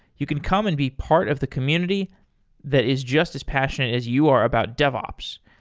you can come and be part of the community that is just as passionate as you are about devops.